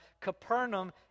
Capernaum